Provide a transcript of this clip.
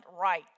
right